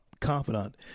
confidant